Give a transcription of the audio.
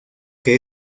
que